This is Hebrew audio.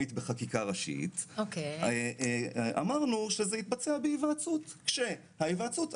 חוץ מהתעודה היפה והזה ששלחת